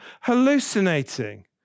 hallucinating